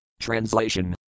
Translation